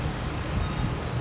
<Z<